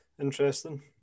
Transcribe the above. Interesting